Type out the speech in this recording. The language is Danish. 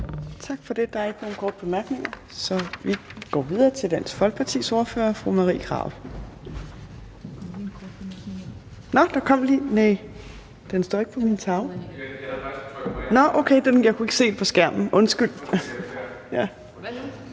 Tak for det. Der er ikke nogen korte bemærkninger, så vi går videre til Dansk Folkepartis ordfører, fru Marie Krarup. Nå, der kom lige en kort bemærkning. Den dukkede ikke op på min skærm.